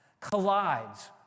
collides